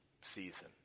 season